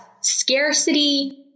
scarcity